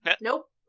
Nope